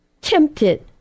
tempted